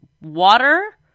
water